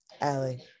allie